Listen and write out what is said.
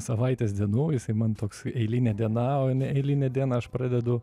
savaitės dienų jisai man toks eilinė diena o ne eilinę dieną aš pradedu